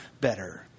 better